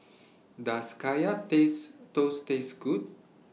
Does Kaya Taste Toast Taste Good